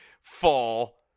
fall